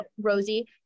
Rosie